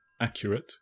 accurate